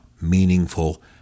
meaningful